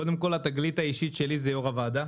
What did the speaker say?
קודם כל, התגלית האישית שלי זה יו"ר הוועדה,